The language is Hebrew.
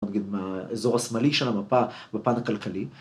נגיד מהאזור השמאלי של המפה בפן הכלכלי.